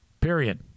period